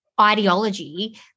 ideology